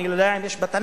אני לא יודע אם יש בתנ"ך,